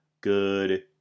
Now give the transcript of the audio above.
good